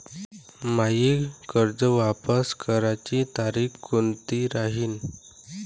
मायी कर्ज वापस करण्याची तारखी कोनती राहीन?